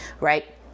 right